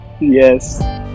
Yes